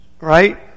right